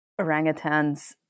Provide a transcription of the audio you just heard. orangutans